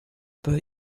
but